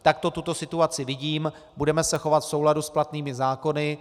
Takto tuto situaci vidím, budeme se chovat v souladu s platnými zákony.